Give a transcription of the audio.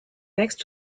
next